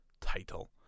title